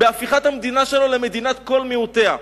בהפיכת המדינה שלנו למדינת כל מיעוטיה.